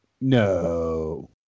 No